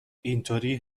اینطوری